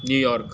New York